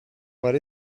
what